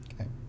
okay